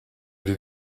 did